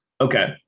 Okay